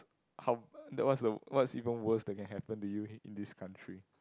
how what's the what's even worse that can happen to you in this country